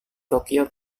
tokyo